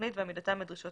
בתוכנית ועמידתם בדרישות